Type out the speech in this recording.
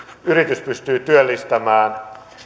pystyy työllistämään